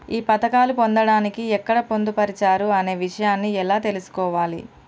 ఈ పథకాలు పొందడానికి ఎక్కడ పొందుపరిచారు అనే విషయాన్ని ఎలా తెలుసుకోవాలి?